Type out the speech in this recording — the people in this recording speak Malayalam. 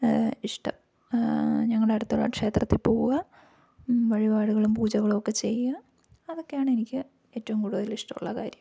ഇഷ്ടം ഞങ്ങളുടെ അടുത്തുള്ള ക്ഷേത്രത്തിൽ പോകുക വഴിപാടുകളും പൂജകളൊക്കെ ചെയ്യുക അതൊക്കെയാണ് എനിക്ക് ഏറ്റവും കൂടുതല് ഇഷ്ടമുള്ള കാര്യം